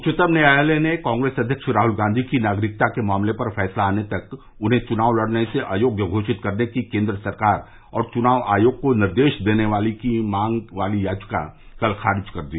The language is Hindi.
उच्चतम न्यायालय ने कांग्रेस अध्यक्ष राहल गांधी की नागरिकता के मामले पर फैसला आने तक उन्हें चुनाव लड़ने से अयोग्य घोषित करने की केन्द्र सरकार और चुनाव आयोग को निर्देश देने की मांग वाली याचिका कल खारिज कर दी